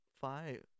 five